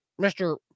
Mr